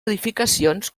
edificacions